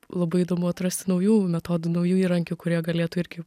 labai įdomu atrasti naujų metodų naujų įrankių kurie galėtų irgi